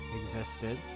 existed